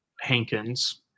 Hankins